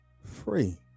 free